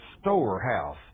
storehouse